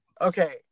Okay